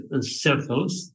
circles